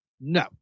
No